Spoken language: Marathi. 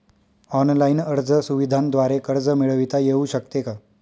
ऑनलाईन अर्ज सुविधांद्वारे कर्ज मिळविता येऊ शकते का?